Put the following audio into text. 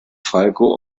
falco